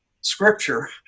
scripture